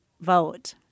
vote